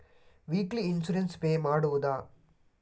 Weekly insurance pay ಮಾಡುವುದ?